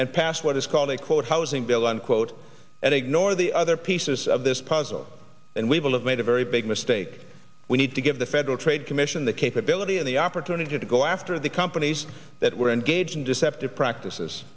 and pass what is called a quote housing bill unquote and ignore the other pieces of this puzzle and we will have made a very big mistake we need to give the federal trade commission the capability and the opportunity to go after the companies that were engaged in deceptive practices